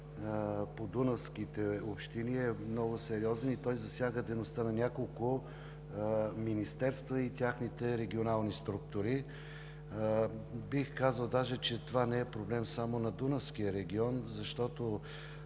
по дунавските общини е много сериозен и той засяга дейността на няколко министерства и техните регионални структури. Бих казал даже, че това не е проблем само на Дунавския регион, защото